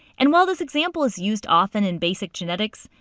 and while this example is used often in basic genetics,